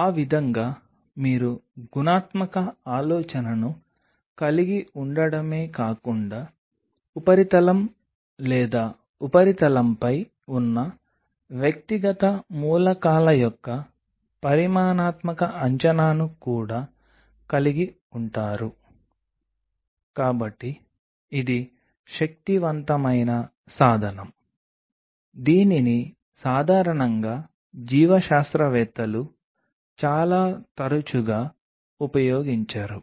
అణువు నిజంగా చదునుగా లేదు అంటే ఈ ఉపరితలం లేదా ఆకు యొక్క ఈ ఉపరితలం హైడ్రోఫోబిక్గా ఉంది ఇది నీటి అణువులను నీటి మధ్య సంపర్క బిందువును అనుమతించదు